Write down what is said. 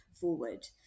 forward